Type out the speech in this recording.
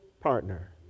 partner